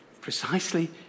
Precisely